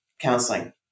counseling